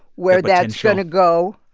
where that's going to go?